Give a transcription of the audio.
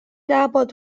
nabod